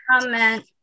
comment